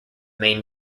main